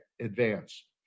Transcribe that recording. advance